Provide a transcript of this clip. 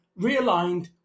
realigned